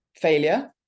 failure